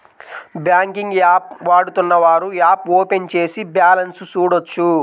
banking app వాడుతున్నవారు app open చేసి balance చూడొచ్చు